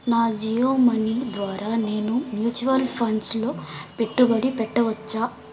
నా జియో మనీ ద్వారా నేను మ్యూచువల్ ఫండ్స్లో పెట్టుబడి పెట్టవచ్చా